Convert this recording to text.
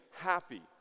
happy